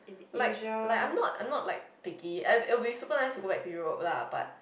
like like I'm not I'm not like picky it it will be super nice to go back to Europe lah but